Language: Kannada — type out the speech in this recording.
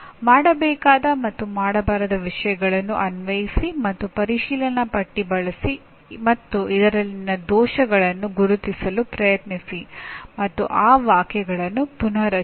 ಮಾಡಬೇಕಾದ ಮತ್ತು ಮಾಡಬಾರದ ವಿಷಯಗಳನ್ನು ಅನ್ವಯಿಸಿ ಮತ್ತು ಪರಿಶೀಲನಾಪಟ್ಟಿ ಬಳಸಿ ಮತ್ತು ಇದರಲ್ಲಿನ ದೋಷಗಳನ್ನು ಗುರುತಿಸಲು ಪ್ರಯತ್ನಿಸಿ ಮತ್ತು ಆ ವಾಕ್ಯವನ್ನು ಪುನಃ ರಚಿಸಿ